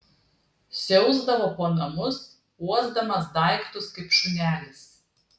siausdavo po namus uosdamas daiktus kaip šunelis